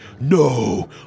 no